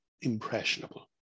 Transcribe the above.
impressionable